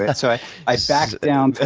yeah so i i backed down to